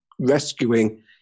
rescuing